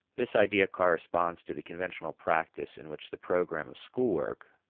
this idea corresponds to the conventional practice in which the program of school work,